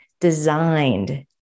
Designed